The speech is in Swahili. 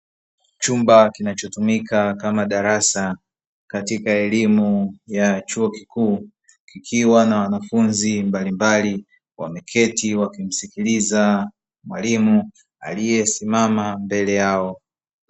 Chumba kinacho tumika kama darasa katika elimu ya chuo kikuu kikiwa na wanafunzi mbalimbali, wameketi wakimsikiliza mwalimu aliye simama mbele yao.